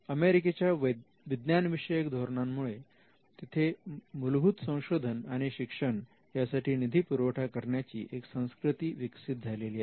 अमेरिकेच्या विज्ञानविषयक धोरणांमुळे तिथे मूलभूत संशोधन आणि शिक्षण यासाठी निधी पुरवठा करण्याची एक संस्कृती विकसित झालेली आहे